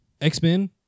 X-Men